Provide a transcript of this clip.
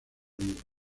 libros